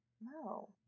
No